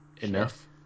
enough